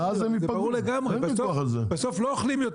ואז הם ייפגעו, אין ויכוח על זה.